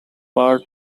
part